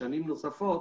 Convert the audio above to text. לשנים נוספות